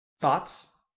Thoughts